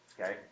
Okay